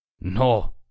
No